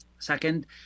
Second